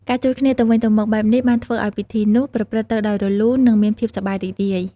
ការជួយគ្នាទៅវិញទៅមកបែបនេះ បានធ្វើឱ្យពិធីនោះប្រព្រឹត្តទៅដោយរលូន និងមានភាពសប្បាយរីករាយ។